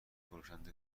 فروشنده